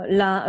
la